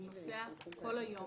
הוא נוסע כל היום